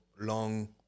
long